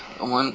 我们